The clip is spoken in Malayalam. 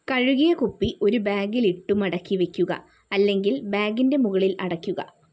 കഴുകിയ കുപ്പി ഒരു ബാഗിൽ ഇട്ട് മടക്കി വയ്ക്കുക അല്ലെങ്കിൽ ബാഗിന്റെ മുകളിൽ അടയ്ക്കുക